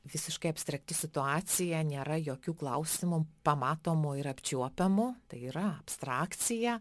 visiškai abstrakti situacija nėra jokių klausimų pamatomų ir apčiuopiamų tai yra abstrakcija